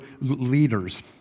leaders